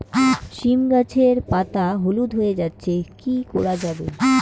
সীম গাছের পাতা হলুদ হয়ে যাচ্ছে কি করা যাবে?